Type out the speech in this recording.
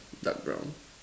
dark brown